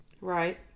right